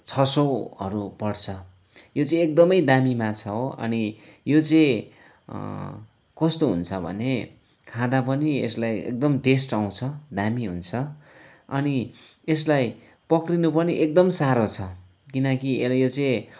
छ सयहरू पर्छ यो चाहिँ एकदमै दामी माछा हो अनि यो चाहिँ कस्तो हुन्छ भने खाँदा पनि यसलाई एकदम टेस्ट आउँछ दामी हुन्छ अनि यसलाई पक्रिनु पनि एकदम साह्रो छ किनकि यो चाहिँ